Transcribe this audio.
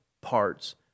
parts